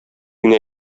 генә